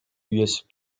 üyesi